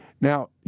Now